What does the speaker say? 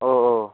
ओ ओ